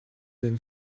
been